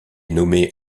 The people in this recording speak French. nommé